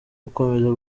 gukomeza